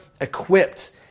equipped